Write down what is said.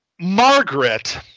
Margaret